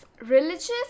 religious